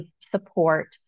support